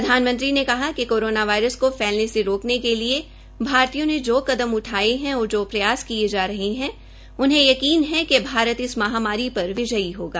प्रधानमंत्री ने कहा कि कोरोना वायरस को फैलने से रोकने के लिए भारतीय ने जो कदम उठाये है और जो प्रयास किए जा रहे है उन्हें यकीन है कि भारत इस महामारी पर विजयी होगा